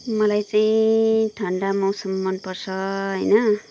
मलाई चाहिँ ठण्डा मौसम मन पर्छ होइन